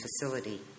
facility